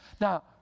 Now